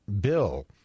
bill